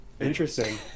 interesting